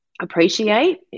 appreciate